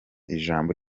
ijambo